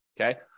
okay